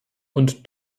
und